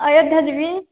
ଅୟୋଧ୍ୟା ଯିବି